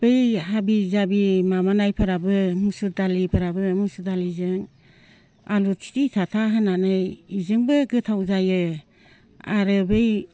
बै हाबि जाबि माबानायफोराबो मुसुर दालिफोराबो मुसुर दालिजों आलु थिथि थाथा होनानै बेजोंबो गोथाव जायो आरो बै